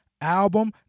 Album